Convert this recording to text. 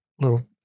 little